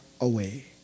away